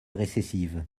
récessive